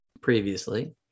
previously